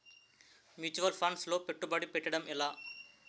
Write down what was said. Mutual funds లో పెట్టుబడి పెట్టడం ఎలా?